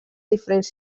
diferents